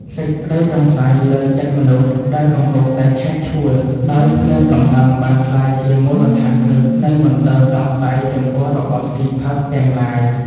សេចក្តីសង្ស័យលើចិត្តមនុស្សដែលកំពុងតែឆេះឈួលដោយភ្លើងកំហឹងបានក្លាយជាមូលដ្ឋានគ្រឹះនៃមន្ទិលសង្ស័យចំពោះរបស់ស៊ីផឹកទាំងឡាយ។